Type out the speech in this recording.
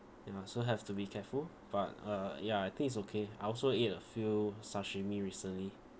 ya so have to be careful but uh ya I think it's okay I also ate a few sashimi recently